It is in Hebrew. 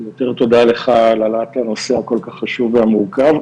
יותר תודה לך על העלאת הנושא הכל כך חשוב והמורכב.